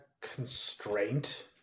constraint